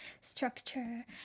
structure